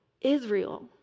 Israel